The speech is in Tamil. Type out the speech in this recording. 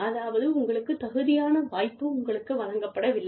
அதாவது உங்களுக்குத் தகுதியான வாய்ப்பு உங்களுக்கு வழங்கப்படவில்லை